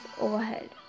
overhead